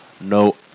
no